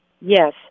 Yes